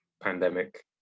pandemic